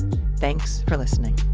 thanks for listening.